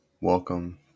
welcome